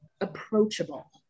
approachable